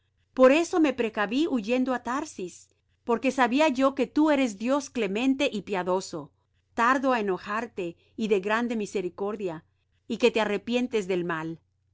por eso me precaví huyendo á tarsis porque sabía yo que tú eres dios clemente y piadoso tardo á enojarte y de grande misericordia y que te arrepientes del mal